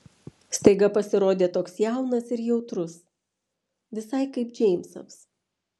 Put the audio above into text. staiga pasirodė toks jaunas ir jautrus visai kaip džeimsas